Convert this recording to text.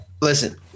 listen